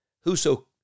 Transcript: Whoso